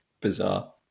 Bizarre